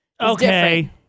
Okay